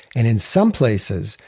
and in some places,